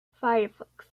firefox